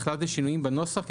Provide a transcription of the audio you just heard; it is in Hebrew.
בכלל זה שינויים בנוסח.